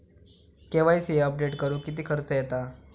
KYC update करुक किती खर्च येता?